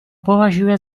považuje